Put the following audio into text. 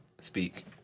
speak